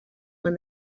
when